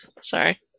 Sorry